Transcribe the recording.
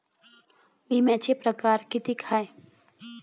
बिम्याचे परकार कितीक हाय?